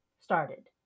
started